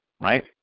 right